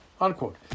Unquote